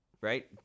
right